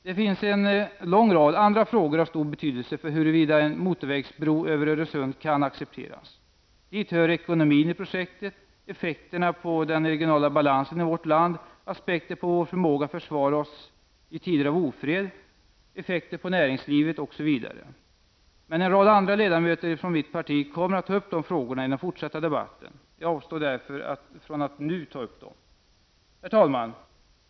Det finns en lång rad andra frågor av stor betydelse för huruvida en motorvägsbro över Öresund kan accepteras. Dit hör ekonomin i projektet, effekter på den regionala balansen i vårt land, aspekter på vår förmåga att försvara oss i tider av ofred, effekter på näringslivet osv. En rad andra ledamöter i mitt parti kommer att ta upp dessa frågor i den fortsatta debatten. Jag avstår därför nu ifrån att ta upp dem. Herr talman!